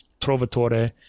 Trovatore